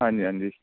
ਹਾਂਜੀ ਹਾਂਜੀ